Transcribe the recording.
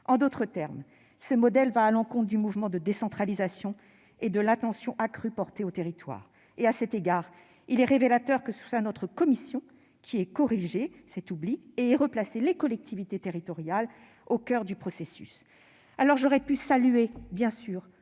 En d'autres termes, ce modèle va à l'encontre du mouvement de décentralisation et d'une attention accrue portée aux territoires. À cet égard, il est révélateur que ce soit notre commission qui ait corrigé cet oubli, en replaçant les collectivités territoriales au coeur du processus. J'aurais pu me féliciter